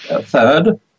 third